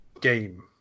Game